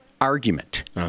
argument